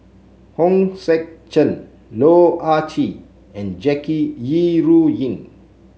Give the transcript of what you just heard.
Hong Sek Chern Loh Ah Chee and Jackie Yi Ru Ying